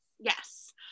Yes